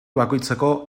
bakoitzeko